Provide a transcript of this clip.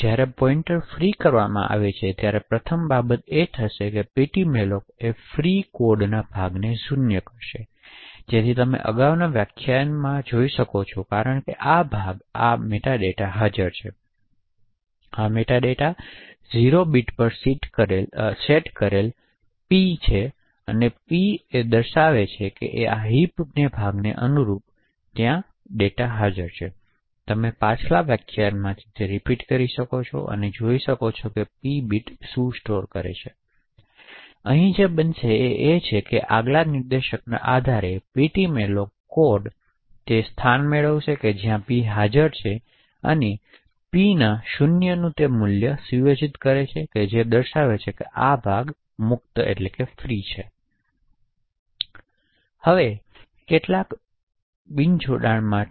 તેથી જ્યારે પોઇન્ટર ફ્રીકરવામાં આવે છે ત્યારે પ્રથમ બાબત એ થશે કે ptmalloc ફ્રી કોડ ના ભાગને 0 કરશે જેથી તમે અગાઉના વ્યાખ્યાન પાસેથી હોઈ શકે છે કારણ કે ભાગ માપ મેટાડેટા હાજર તેથી આ મેટાડેટા 0 બીટ પર સેટ કરેલા પી બીટ 0 પર સેટ કરેલા છે તેથી પી બીટ આ હિપ ભાગને અનુરૂપ છે જે હિપમાં હાજર છે અને તમે પાછલા વ્યાખ્યાનમાંથી રીપીટ કરી શકો છો કે પી બીટ સ્ટોર્સ શું કરે છે તેથી અહીં જે બનશે તે એ છે કે આ નિર્દેશકના આધારે પીટીમોલોક કોડ તે સ્થાન મેળવશે જ્યાં પી હાજર છે અને પીના 0 નું તે મૂલ્ય સુયોજિત કરે છે જે દર્શાવે છે કે આ ભાગ મુક્ત છે